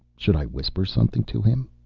should i whisper something to him?